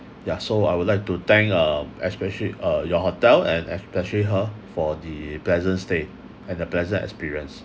yeah so I would like to thank uh especially uh your hotel and especially her for the pleasant stay and a pleasant experience